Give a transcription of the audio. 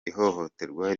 ihohoterwa